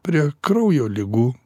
prie kraujo ligų